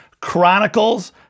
Chronicles